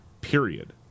Period